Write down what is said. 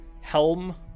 Helm